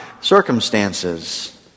circumstances